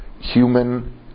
human